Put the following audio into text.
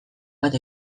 bat